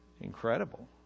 incredible